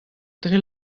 dre